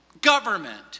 government